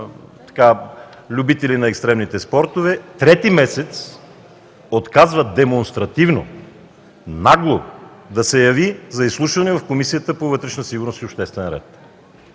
любители на екстремните спортове, и трети месец отказва демонстративно, нагло да се яви за изслушване в Комисията по вътрешна сигурност и обществен ред.